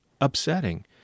upsetting